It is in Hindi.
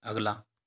अगला